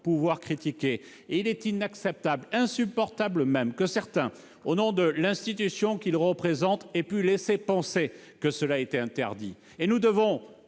le faire. Il est inacceptable, insupportable même, que certains, au nom de l'institution qu'ils représentent, aient pu laisser penser que cela était interdit. Nous devons,